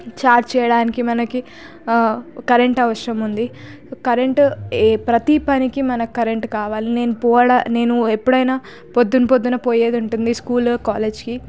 charge చేయడానికి మనకి current అవసరం ఉంది కరెంటు ప్రతి పనికి మనకి కరెంటు కావాలి నేను పోవడా నేను ఎప్పుడైనా పొద్దు పొద్దున్న పోయేది ఉంటుంది స్కూల్ కాలేజ్కి